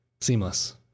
seamless